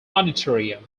auditorium